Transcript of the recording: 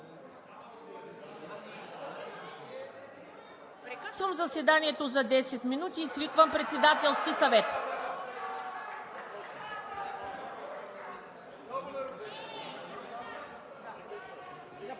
Прекъсвам заседанието за 10 минути и свиквам Председателски съвет.